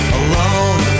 alone